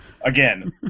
Again